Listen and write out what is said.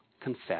Confess